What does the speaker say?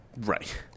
right